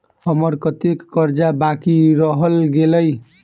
हम्मर कत्तेक कर्जा बाकी रहल गेलइ?